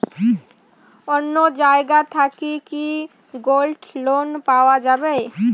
অন্য জায়গা থাকি কি গোল্ড লোন পাওয়া যাবে?